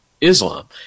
Islam